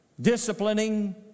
disciplining